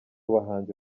bahanzi